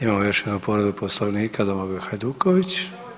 Imamo još jednu povredu poslovnika Domagoj Hajduković.